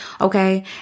Okay